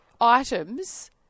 items